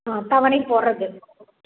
ஆ தவணைப் போடுறது